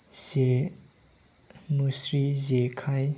जे मुस्रि जेखाइ